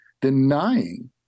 denying